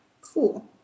cool